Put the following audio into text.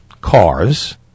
cars